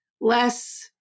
less